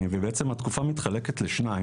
בעצם התקופה מתחלקת לשניים.